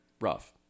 rough